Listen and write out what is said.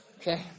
Okay